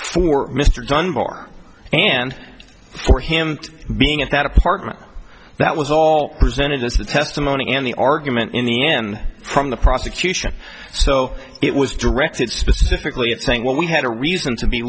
for mr dunbar and for him being at that apartment that was all presented this testimony and the argument in the end from the prosecution so it was directed specifically at saying well we had a reason to be